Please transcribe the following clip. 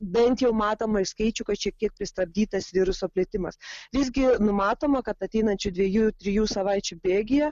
bent jau matoma iš skaičių kad šiek tiek pristabdytas viruso plitimas visgi numatoma kad ateinančių dviejų trijų savaičių bėgyje